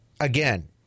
Again